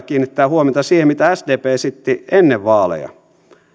kiinnittää huomiota siihen mitä sdp esitti ennen vaaleja